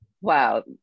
Wow